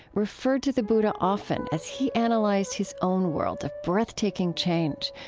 referred to the buddha often as he analyzed his own world of breathtaking change,